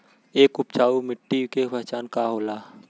एक उपजाऊ मिट्टी के पहचान का होला?